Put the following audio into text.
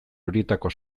horietakoa